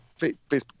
Facebook